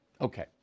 Okay